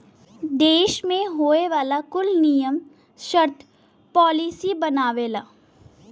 देस मे होए वाला कुल नियम सर्त पॉलिसी बनावेला